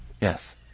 Yes